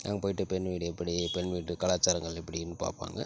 அங்கே போய்விட்டு பெண் வீடு எப்படி பெண் வீட்டுக் கலாச்சாரங்கள் எப்படின்னு பார்ப்பாங்க